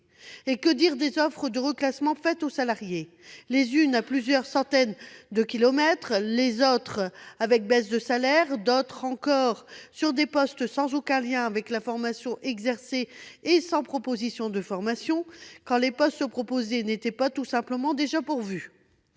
Et que dire des offres de reclassement faites aux salariés ? Certaines à plusieurs centaines de kilomètres ; d'autres avec baisse de salaires ; d'autres encore sur des postes sans aucun lien avec la fonction exercée et sans proposition de formation, quand les postes en question n'étaient pas tout simplement déjà pourvus